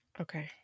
Okay